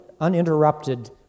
uninterrupted